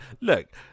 Look